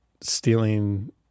stealing